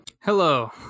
Hello